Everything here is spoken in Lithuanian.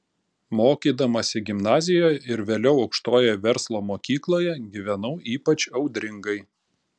mokydamasi gimnazijoje ir vėliau aukštojoje verslo mokykloje gyvenau ypač audringai